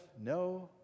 no